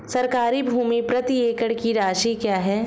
सरकारी भूमि प्रति एकड़ की राशि क्या है?